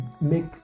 make